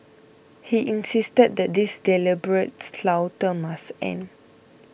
he insisted that this deliberate slaughter must end